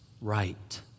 right